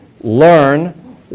Learn